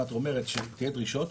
אם את אומרת שתהיה דרישות,